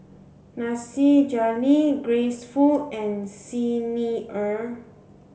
Nasir Jalil Grace Fu and Xi Ni Er